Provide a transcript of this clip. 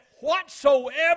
whatsoever